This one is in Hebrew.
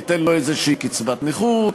ניתן לו איזו קצבת נכות,